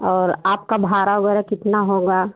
और आपका भाड़ा वग़ैरह कितना होगा